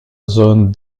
zones